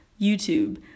YouTube